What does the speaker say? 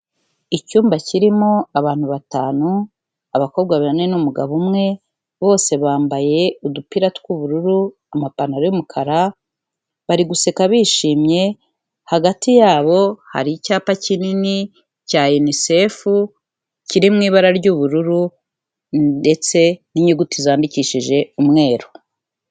Icyumba kirimo abantu batanu, abakobwa bane n'umugabo umwe, bose bambaye udupira tw'ubururu, amapantaro y'umukara bari guseka bishimye, hagati yabo hari icyapa kinini cya UNICEF, kiri mu ibara ry'ubururu ndetse n'inyuguti zandikishije umweru.